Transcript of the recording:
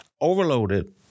overloaded